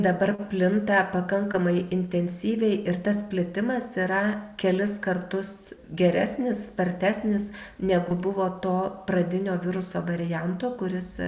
dabar plinta pakankamai intensyviai ir tas plitimas yra kelis kartus geresnis spartesnis negu buvo to pradinio viruso varianto kuris